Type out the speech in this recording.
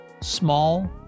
small